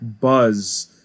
buzz